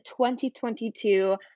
2022